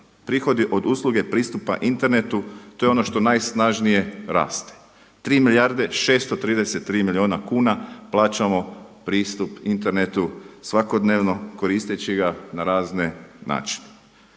prihodi od usluge pristupa internetu to je ono što najsnažnije raste. Tri milijarde i 633 milijuna kuna plaćamo pristup internetu svakodnevno koristeći ga na razne načine.